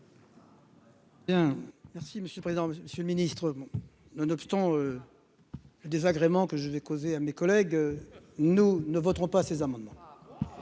merci, monsieur le président, Monsieur le Ministre, nonobstant désagréments que j'ai causé à mes collègues, nous ne voterons pas ces amendements.